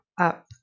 up